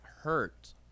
hurt